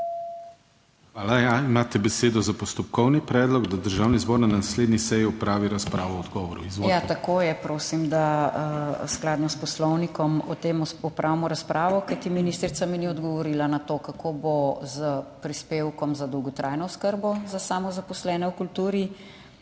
Hvala. Imate besedo za postopkovni predlog, da Državni zbor na naslednji seji opravi razpravo o odgovoru. Izvolite. ALENKA JERAJ (PS SDS): Tako je, prosim, da skladno s poslovnikom o tem opravimo razpravo. Kajti ministrica mi ni odgovorila na to, kako bo s prispevkom za dolgotrajno oskrbo za samozaposlene v kulturi,